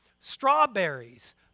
strawberries